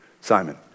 Simon